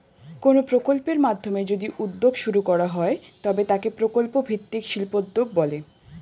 কোনো প্রকল্পের মাধ্যমে যদি উদ্যোগ শুরু করা হয় তবে তাকে প্রকল্প ভিত্তিক শিল্পোদ্যোগ বলে